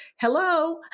Hello